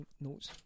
notes